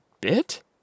bit